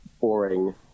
boring